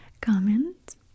comment